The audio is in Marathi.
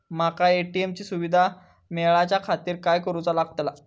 माका ए.टी.एम ची सुविधा मेलाच्याखातिर काय करूचा लागतला?